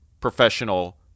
professional